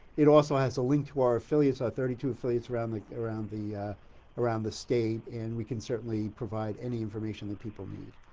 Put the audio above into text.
it also has a link to our ah thirty two affiliates around the around the around the state, and we can certainly provide any information that people need.